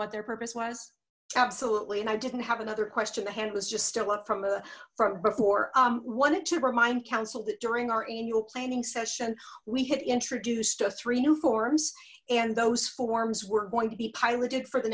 what their purpose was absolutely and i didn't have another question the hand was just still up from a front before i wanted to remind counsel that during our annual planning session we had introduced of three new forms and those forms were going to be piloted for the